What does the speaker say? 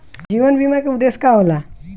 जीवन बीमा का उदेस्य का होला?